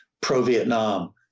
pro-Vietnam